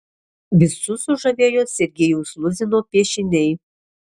visus sužavėjo sergejaus luzino piešiniai